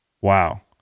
Wow